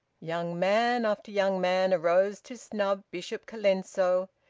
young man after young man arose to snub bishop colenso,